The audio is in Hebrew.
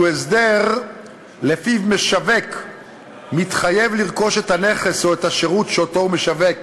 שהוא הסדר שלפיו משווק מתחייב לרכוש את הנכס או את השירות שהוא משווק